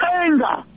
anger